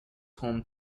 home